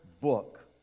book